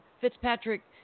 Fitzpatrick